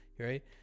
right